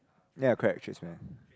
ya correct tradesman